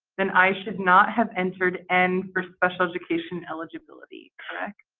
then i should not have entered n for special education eligibility, correct?